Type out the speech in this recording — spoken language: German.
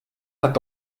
hat